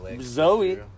Zoe